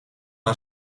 een